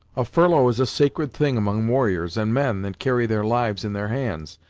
a furlough is a sacred thing among warriors and men that carry their lives in their hands,